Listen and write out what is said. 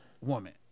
woman